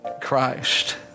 Christ